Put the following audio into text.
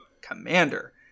Commander